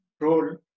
role